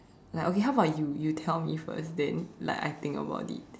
like okay how about you you tell me first then like I think about it